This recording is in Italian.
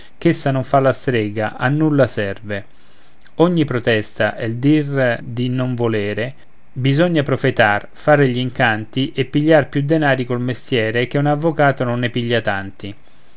protestare ch'essa non fa la strega a nulla serve ogni protesta e il dir di non volere bisogna profetar fare gl'incanti e pigliar più denari col mestiere che un avvocato non ne piglia tanti